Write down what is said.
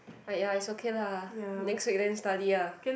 !aiya! is okay lah next year you then study lah